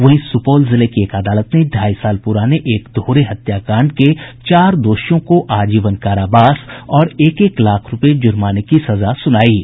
वहीं सुपौल जिले की एक अदालत ने ढाई साल पुराने एक दोहरे हत्याकांड के चार दोषियों को आजीवन कारावास और एक एक लाख रूपये जुर्माने की सजा सुनायी है